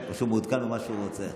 או שהוא מעדכן במה שהוא רוצה.